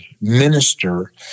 minister